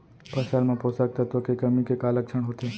फसल मा पोसक तत्व के कमी के का लक्षण होथे?